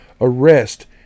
Arrest